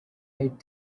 right